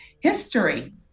history